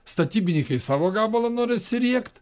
statybinykai savo gabalą norisi riekt